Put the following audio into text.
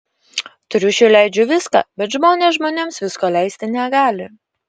triušiui leidžiu viską bet žmonės žmonėms visko leisti negali